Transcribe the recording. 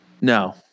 No